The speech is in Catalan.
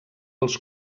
als